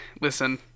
listen